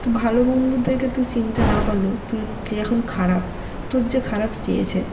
তো ভালো বন্ধুদেরকে তুই চিনতে না পারলেও তুই যে এখন খারাপ তোর যে খারাপ চেয়েছে